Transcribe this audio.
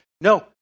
No